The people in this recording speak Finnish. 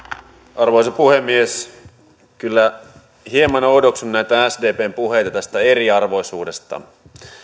arvoisa puhemies kyllä hieman oudoksun näitä sdpn puheita tästä eriarvoisuudesta